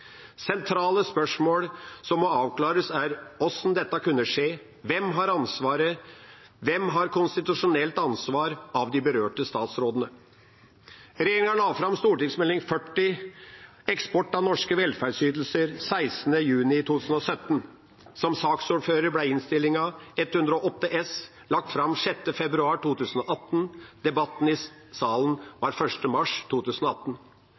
Sentrale spørsmål som må avklares, er hvordan dette kunne skje, hvem som har ansvaret, og hvem som har konstitusjonelt ansvar av de berørte statsrådene. Regjeringa la fram Meld. St. 40 for 2016–2017, Eksport av norske velferdsytelser, 16. juni 2017. Som saksordfører la jeg fram Innst. 108 S for 2017–2018 6. februar 2018. Debatten i salen